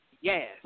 Yes